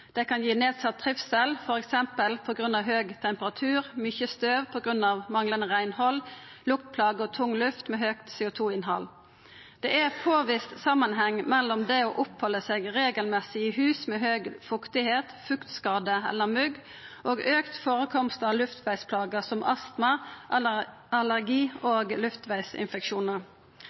Det kan gi nedsett trivsel, f.eks. på grunn av høg temperatur, mykje støv på grunn av manglande reinhald, luktplager og tung luft med høgt CO 2 -innhald. Det er påvist samanheng mellom det å opphalda seg regelmessig i hus med høg fuktigheit, fuktskade eller mugg og auka førekomst av luftvegsplager som astma, allergi og luftvegsinfeksjonar.